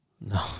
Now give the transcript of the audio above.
no